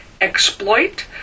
exploit